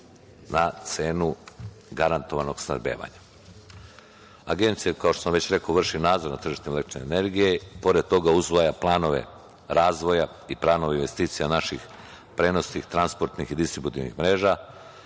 na cenu garantovanog snabdevanja. Agencija, kao što sam već rekao, vrši nadzor nad tržištem električne energije. Pored toga, usvaja planove razvoja i planove investicija naših prenosnih transportnih i distributivnih mreža.